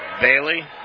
Bailey